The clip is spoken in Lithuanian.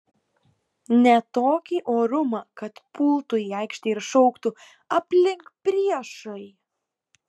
ne tokį orumą kad pultų į aikštę ir šauktų aplink priešai